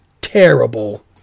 terrible